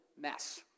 mess